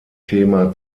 thema